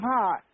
hot